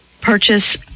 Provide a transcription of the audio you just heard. purchase